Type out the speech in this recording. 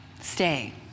Stay